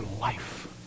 life